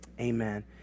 amen